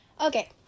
Okay